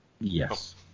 Yes